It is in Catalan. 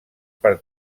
per